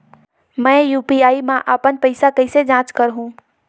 मैं यू.पी.आई मा अपन पइसा कइसे जांच करहु?